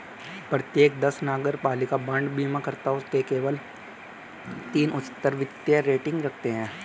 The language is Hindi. प्रत्येक दस नगरपालिका बांड बीमाकर्ताओं में से केवल तीन उच्चतर वित्तीय रेटिंग रखते हैं